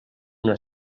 una